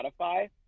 Spotify